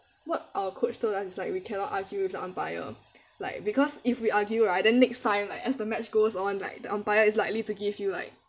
what our coach told us is like we cannot argue with the umpire like because if we argue right then next time like as the match goes on like the umpire is likely to give you like